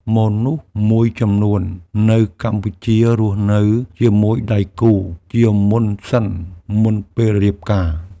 មនុស្សមួយចំនួននៅកម្ពុជារស់នៅជាមួយដៃគូជាមុនសិនមុនពេលរៀបការ។